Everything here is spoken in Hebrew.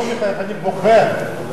אני לא מחייך, אני בוכה.